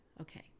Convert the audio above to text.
okay